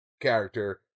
character